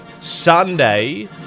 Sunday